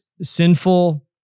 sinful